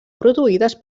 produïdes